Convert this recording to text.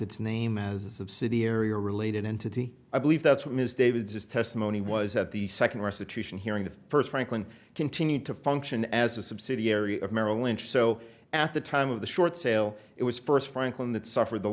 its name as a subsidiary or related entity i believe that's what ms davids is testimony was at the second restitution hearing the first franklin continued to function as a subsidiary of merrill lynch so at the time of the short sale it was first franklin that suffered the